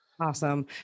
Awesome